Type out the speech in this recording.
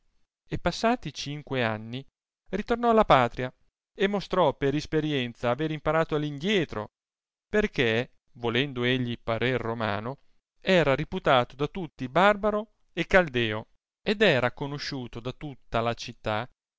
e passati cinque anni ritornò alla patria e mostrò per isperienza aver imparato all indietro perchè volendo egli parer romano era riputato da tutti barbaro e caldeo ed era conosciuto da tutta la città